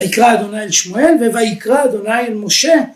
אקרא אדוני אל שמואל, וויקרא אדוני אל משה